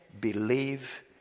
Believe